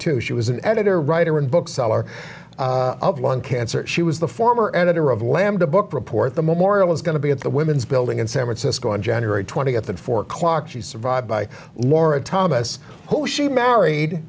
two she was an editor writer and bookseller of lung cancer she was the former editor of lambda book report the memorial is going to be at the women's building in san francisco on january twentieth at four o'clock she's survived by maura thomas who she married